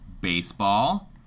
baseball